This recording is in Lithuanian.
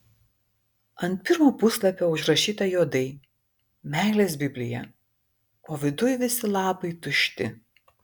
ant pirmo puslapio užrašyta juodai meilės biblija o viduj visi lapai tušti